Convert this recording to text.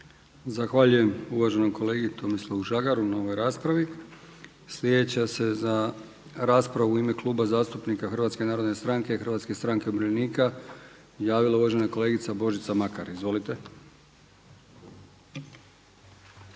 Zahvaljujem uvaženom kolegi Tomislavu Žagaru na ovoj raspravi. Sljedeća se za raspravu u ime Kluba zastupnika HNS-a i HSU-a javila uvažena kolegica Božica Makar. Izvolite. **Makar,